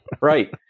right